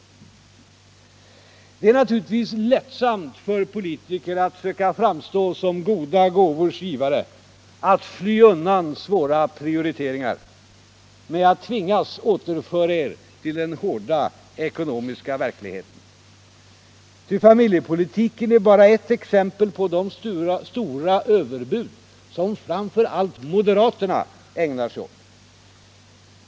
Det är naturligtvis lättsamt för politiker att söka framstå som goda gåvors givare, att fly undan svåra prioriteringar. Men jag tvingas återföra er till den hårda ekonomiska verkligheten. Familjepolitiken är bara ett exempel på de stora överbud som framför allt moderaterna ägnar sig åt.